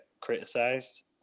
criticised